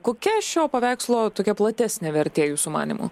kokia šio paveikslo tokia platesnė vertė jūsų manymu